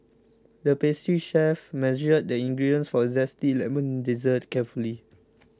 the pastry chef measured the ingredients for a Zesty Lemon Dessert carefully